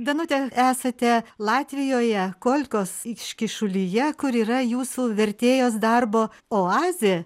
danute esate latvijoje kolkos iškyšulyje kur yra jūsų vertėjos darbo oazė